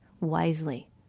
wisely